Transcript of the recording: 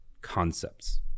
concepts